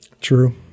True